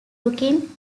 looking